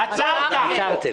עצרתם.